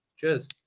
Cheers